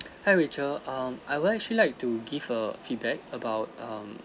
hi rachel um I would actually like to give a feedback about um